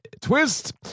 twist